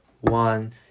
one